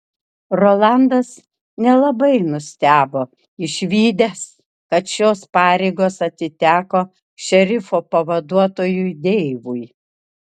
rolandas nelabai nustebo išvydęs kad šios pareigos atiteko šerifo pavaduotojui deivui